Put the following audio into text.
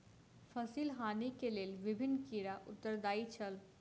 फसिल हानि के लेल विभिन्न कीड़ा उत्तरदायी छल